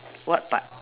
what part